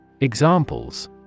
Examples